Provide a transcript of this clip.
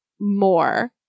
more